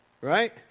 right